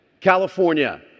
California